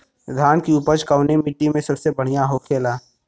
धान की उपज कवने मिट्टी में सबसे बढ़ियां होखेला?